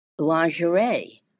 lingerie